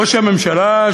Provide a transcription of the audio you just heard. ראש הממשלה,